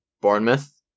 Bournemouth